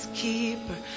keeper